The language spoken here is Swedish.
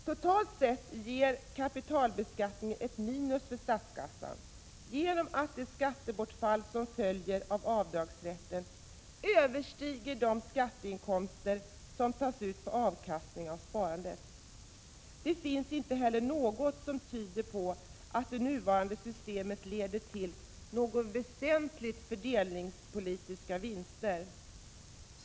Totalt sett ger kapitalbeskattningen ett minus för statskassan genom att det skattebortfall som följer av avdragsrätten överstiger de skatteinkomster som tas ut på avkastningen av sparandet. Det finns inte heller något som tyder på att det nuvarande systemet leder till några väsentliga fördelningspolitiska vinster.